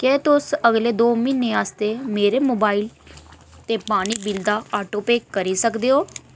क्या तुस अगले दो म्हीनें आस्तै मेरे मोबाइल ते पानी बिल्ल दा ऑटोपेऽ करी सकदे ओ